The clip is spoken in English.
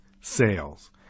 Sales